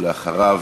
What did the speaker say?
ואחריו,